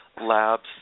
labs